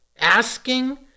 Asking